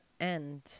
end